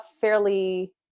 fairly